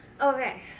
Okay